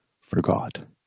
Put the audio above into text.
forgot